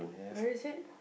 where is it